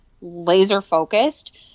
laser-focused